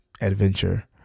adventure